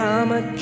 I'ma